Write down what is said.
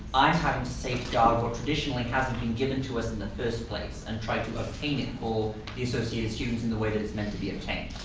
i happen to safeguard what traditionally hasn't been given to us in the first place and tried to obtain it for the associated students in the way it's meant to be obtained.